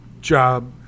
job